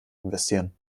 investieren